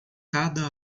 cada